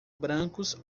brancos